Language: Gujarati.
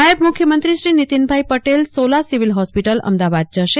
નાયબ મુખ્યમંત્રી શ્રી નીતિનભાઇ પટેલ સોલા સિવિલ હોસ્પિટલ અમદાવાદ જશે